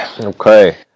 Okay